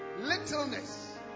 littleness